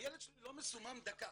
הילד שלי לא מסומם דקה.